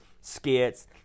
skits